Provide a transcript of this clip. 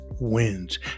wins